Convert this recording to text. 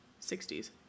60s